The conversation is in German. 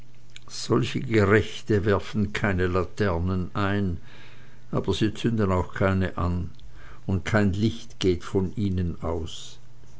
solche gerechte werfen keine laternen ein aber sie zünden auch keine an und kein licht geht von ihnen aus